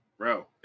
Bro